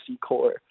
core